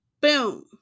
Boom